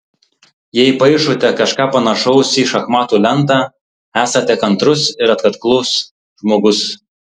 jei paišote kažką panašaus į šachmatų lentą esate kantrus ir atkaklus žmogus